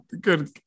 good